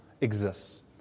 exists